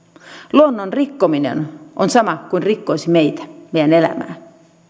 luonnon rikkominen on sama kuin rikkoisi meitä ja meidän elämää